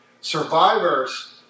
Survivors